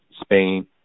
Spain